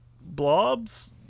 blobs